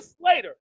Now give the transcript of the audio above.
later